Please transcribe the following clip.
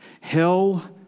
hell